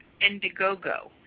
Indiegogo